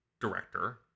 director